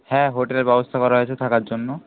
হ্যাঁ হোটেলের ব্যবস্থা করা হয়েছে থাকার জন্য